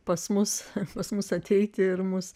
pas mus pas mus ateiti ir mūsų